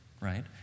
right